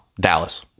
Dallas